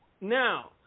now